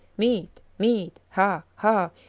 meat! meat! ha! ha!